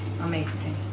amazing